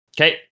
okay